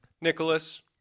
Nicholas